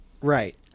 Right